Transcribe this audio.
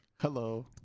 Hello